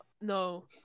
No